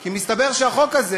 כי מסתבר שהחוק הזה